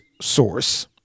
source